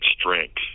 strength